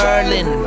Berlin